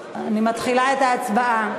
אני מתחילה את ההצבעה,